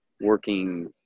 working